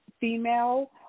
female